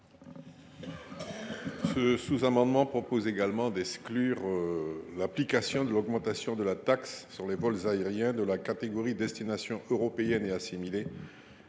Ce sous amendement tend à exclure l’application de l’augmentation de la taxe sur les vols aériens de la catégorie « Destination européenne ou assimilée